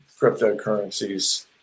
cryptocurrencies